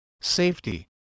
Safety